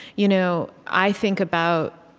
you know i think about